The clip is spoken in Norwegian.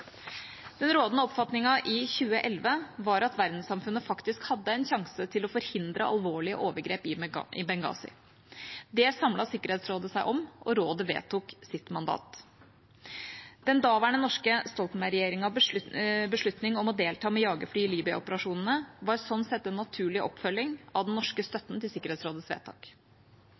Den rådende oppfatningen i 2011 var at verdenssamfunnet faktisk hadde en sjanse til å forhindre alvorlige overgrep i Benghazi. Det samlet Sikkerhetsrådet seg om, og rådet vedtok sitt mandat. Den daværende norske Stoltenberg-regjeringas beslutning om å delta med jagerfly i Libya-operasjonene var slik sett en naturlig oppfølging av den norske støtten til Sikkerhetsrådets vedtak.